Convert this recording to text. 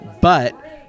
But-